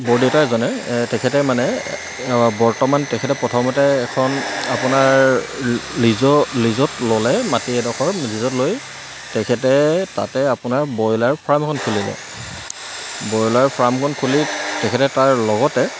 বৰদেউতা এজনে তেখেতে মানে বৰ্তমান তেখেতে প্ৰথমতে এখন আপোনাৰ লিজ লিজত ল'লে মাটি এডোখৰ লিজত লৈ তেখেতে তাতে আপোনাৰ ব্ৰইলাৰ ফাৰ্মখন খুলি যায় ব্ৰইলাৰ ফাৰ্মখন খুলি তেখেতে তাৰ লগতে